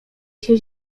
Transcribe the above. się